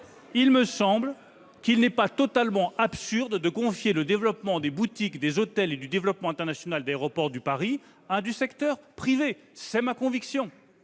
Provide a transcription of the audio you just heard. Il ne me semble pas totalement absurde de confier la gestion des boutiques, des hôtels et du développement international d'Aéroports de Paris au secteur privé : c'est ma conviction.